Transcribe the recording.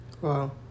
Wow